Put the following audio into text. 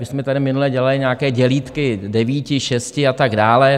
My jsme tady minule dělali nějaké dělítky devíti, šesti a tak dále.